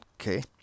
Okay